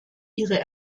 ihre